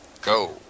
Go